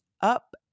up